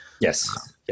Yes